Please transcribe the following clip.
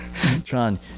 John